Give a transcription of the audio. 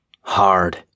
Hard